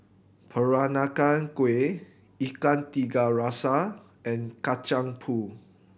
Peranakan Kueh Ikan Tiga Rasa and Kacang Pool